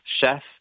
chef